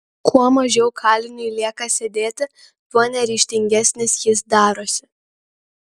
kuo mažiau kaliniui lieka sėdėti tuo neryžtingesnis jis darosi